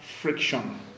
friction